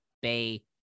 bay